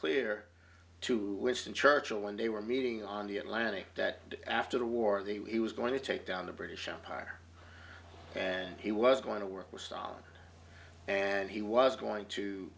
clear to which and churchill when they were meeting on the atlantic that after the war they were he was going to take down the british empire and he was going to work with stalin and he was going to